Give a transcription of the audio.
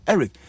Eric